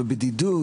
ובדידות,